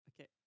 Okay